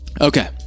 Okay